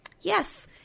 yes